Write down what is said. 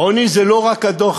עוני זה לא רק הדוח